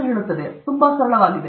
ಇದು ತುಂಬಾ ಸರಳವಾಗಿದೆ